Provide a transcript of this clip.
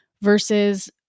versus